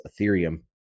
Ethereum